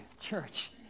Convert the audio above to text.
church